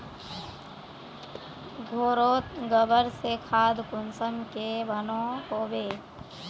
घोरोत गबर से खाद कुंसम के बनो होबे?